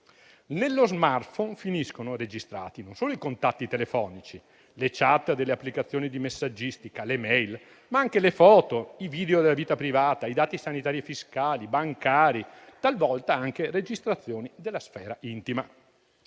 Nello *smartphone* finiscono registrati non solo i contatti telefonici, le *chat* delle applicazioni di messaggistica e le *email*, ma anche le foto, i video della vita privata, i dati sanitari, fiscali, bancari, talvolta anche registrazioni della sfera intima.